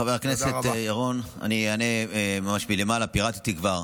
חבר הכנסת ירון, אני אענה ממש מלמעלה, פירטתי כבר,